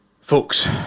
Folks